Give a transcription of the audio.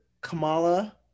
Kamala